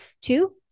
Two